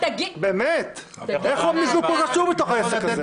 באמת, איך המיזוג פה קשור בתוך העסק הזה?